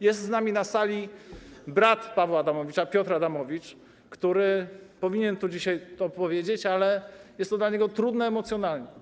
Jest z nami na sali brat Pawła Adamowicza, Piotr Adamowicz, który powinien tu dzisiaj to powiedzieć, ale jest to dla niego trudne emocjonalnie.